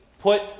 put